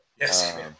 Yes